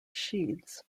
sheaths